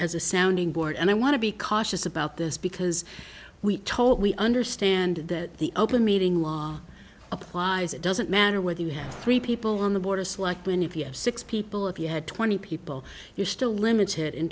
as a sounding board and i want to be cautious about this because we talk we understand that the open meeting law applies it doesn't matter whether you have three people on the board of selectmen if you have six people if you had twenty people you're still limited in